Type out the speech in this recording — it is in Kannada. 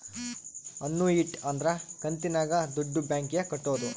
ಅನ್ನೂಯಿಟಿ ಅಂದ್ರ ಕಂತಿನಾಗ ದುಡ್ಡು ಬ್ಯಾಂಕ್ ಗೆ ಕಟ್ಟೋದು